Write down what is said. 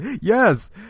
yes